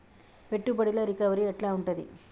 పెట్టుబడుల రికవరీ ఎట్ల ఉంటది?